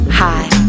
high